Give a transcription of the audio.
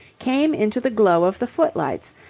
came into the glow of the footlights,